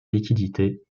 liquidités